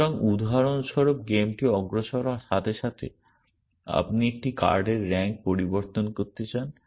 সুতরাং উদাহরণস্বরূপ গেমটি অগ্রসর হওয়ার সাথে সাথে আপনি একটি কার্ডের র্যাঙ্ক পরিবর্তন করতে চান